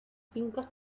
fincas